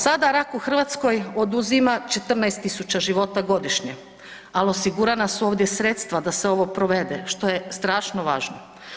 Sada rak u Hrvatskoj oduzima 14000 života godišnje, ali osigurana su ovdje sredstva da se ovo provede što je strašno važno.